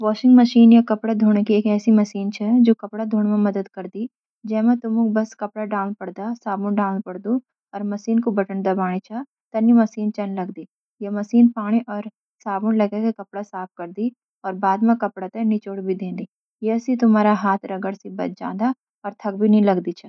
Washing machine या कपड़े धोण्या की एक ऐसी मशीन छ, जु कपड़ा धोण मं मदद करदी। जे मं तुमुक बस कपड़ा डालना पड़दा, साबुन डालण पडदु, अर मशीन कु बटन दबाणि छ तनी मशीन चन लगदी। य मशीन पानी अर साबुन लगाई के कपड़ा साफ करदी, अर बाद म कपड़ा निचोड़ि भी दें दी । य सी तुम्हारा हाथ रगड़ण सी बची जंदा अर थक भी नि लगदी छ।